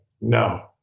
no